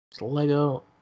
Lego